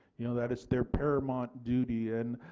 you know that is their paramount duty, and